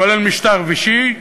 כולל משטר וישי,